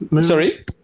Sorry